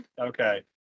Okay